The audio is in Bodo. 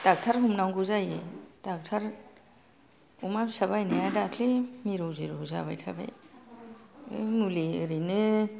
डाक्टार हमनांगौ जायो डाक्टार अमा फिसा बायनाया दाख्लै मिरौ जिरौ जाबाय थाबाय मुलि ओरैनो